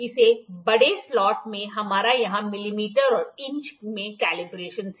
इस बड़े स्लॉट में हमारे यहां mm और इंच में कैलिब्रेशनस है